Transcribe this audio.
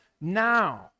now